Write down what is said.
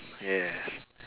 yes